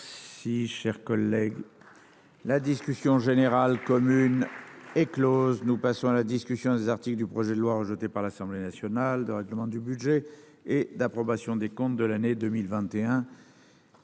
de loi de règlement. La discussion générale commune est close. Nous passons à la discussion des articles du projet de loi, rejeté par l’Assemblée nationale, de règlement du budget et d’approbation des comptes de l’année 2021.